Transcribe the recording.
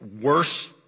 worse